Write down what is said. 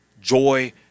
joy